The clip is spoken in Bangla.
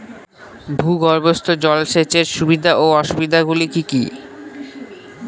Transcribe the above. ভূগর্ভস্থ জল সেচের সুবিধা ও অসুবিধা গুলি কি কি?